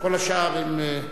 אחריו,